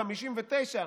59,